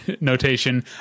notation